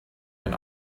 den